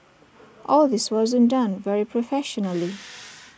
all this wasn't done very professionally